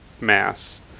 mass